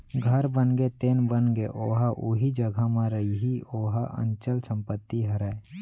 घर बनगे तेन बनगे ओहा उही जघा म रइही ओहा अंचल संपत्ति हरय